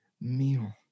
meal